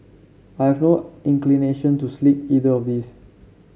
I have no inclination to either of these